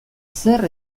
zer